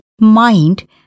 mind